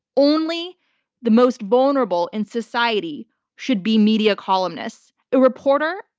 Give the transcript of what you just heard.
only the most vulnerable in society should be media columnists. a reporter,